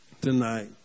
tonight